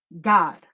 god